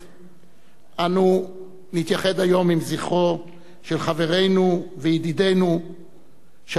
אנו נתייחד היום עם זכרו של חברנו וידידנו שהלך לעולמו,